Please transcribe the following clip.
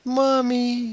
mommy